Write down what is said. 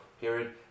period